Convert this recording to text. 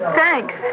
thanks